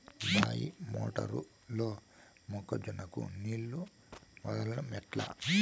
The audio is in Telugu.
బాయి మోటారు లో మొక్క జొన్నకు నీళ్లు వదలడం ఎట్లా?